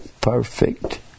perfect